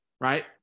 right